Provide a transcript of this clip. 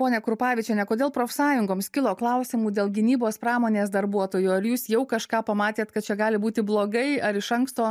ponia krupavičiene kodėl profsąjungoms kilo klausimų dėl gynybos pramonės darbuotojų ar jūs jau kažką pamatėt kad čia gali būti blogai ar iš anksto